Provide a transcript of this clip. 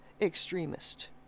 extremist